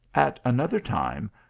at another time,